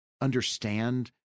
understand